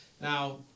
Now